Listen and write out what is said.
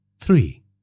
Three